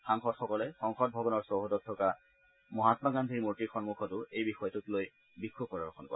সাংসদসকলে সংসদভৱনৰ চৌহদত থকা মহামা গান্ধীৰ মূৰ্তিৰ সন্মুখতো এই বিষয়টোক লৈ বিক্ষোভ প্ৰদৰ্শন কৰে